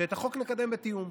אני מוכן שנקדם את החוק בתיאום.